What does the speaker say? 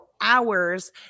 hours